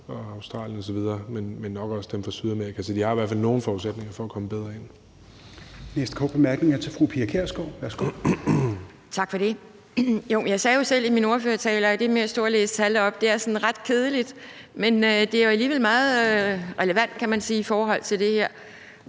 og Australien osv., men nok også dem fra Sydamerika. Så de har i hvert fald nogle forudsætninger for at komme bedre ind. Kl. 11:29 Fjerde næstformand (Rasmus Helveg Petersen): Den næste korte bemærkning er til fru Pia Kjærsgaard. Værsgo. Kl. 11:29 Pia Kjærsgaard (DF): Tak for det. Jeg sagde jo selv i min ordførertale, at det med at stå og læse tal op er sådan ret kedeligt, men det er jo alligevel meget relevant, kan man sige, i forhold til det her,